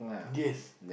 yes